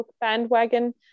bandwagon